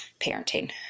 parenting